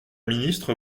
ministre